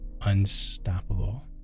unstoppable